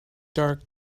dark